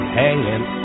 hanging